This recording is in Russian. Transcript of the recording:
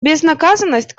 безнаказанность